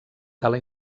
tala